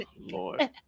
lord